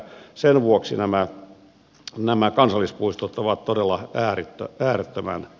sen vuoksi nämä kansallispuistot ovat todella äärettömän tärkeitä